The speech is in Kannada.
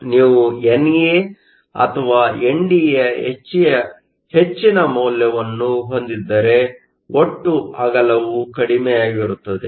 ಆದ್ದರಿಂದ ನೀವು NA ಅಥವಾ ND ಯ ಹೆಚ್ಚಿನ ಮೌಲ್ಯವನ್ನು ಹೊಂದಿದ್ದರೆ ಒಟ್ಟು ಅಗಲವು ಕಡಿಮೆಯಾಗಿರುತ್ತದೆ